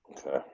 Okay